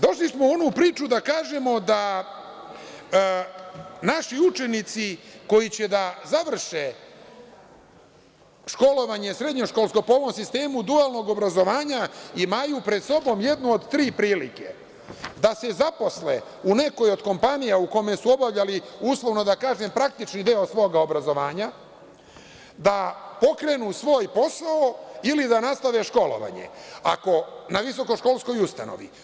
Došli smo u onu priču da kažemo da naši učenici, koji će da završe srednjoškolsko školovanje po ovom sistemu dualnog obrazovanja, imaju pred sobom jednu od tri prilike - da se zaposle u nekoj od kompanija u kojoj su obavljali, uslovno da kažem, praktični deo svog obrazovanja, da pokrenu svoj posao ili da nastave školovanje na visokoškolskoj ustanovi.